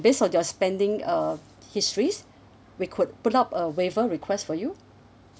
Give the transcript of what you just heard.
based on your spending uh histories we could put up a waiver request for you